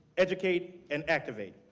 educate and activate.